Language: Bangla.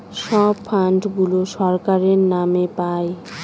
সব ফান্ড গুলো সরকারের নাম পাই